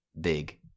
big